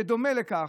בדומה לכך,